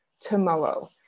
tomorrow